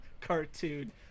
cartoon